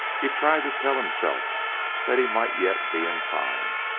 he tried to tell himself that he might yet be in time.